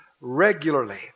regularly